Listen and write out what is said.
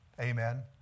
Amen